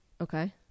okay